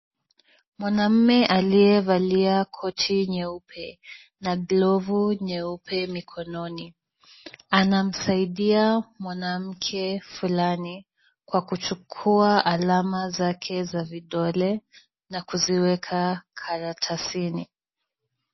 Mwanamume aliyevalia koti nyeupe na glovu nyeupe mikononi, anamsaidia mwanamke fulani kwa kuchukua alama zake za vidole na kuziweka karatasini.